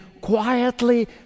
quietly